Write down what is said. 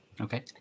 Okay